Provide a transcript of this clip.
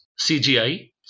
CGI